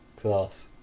Class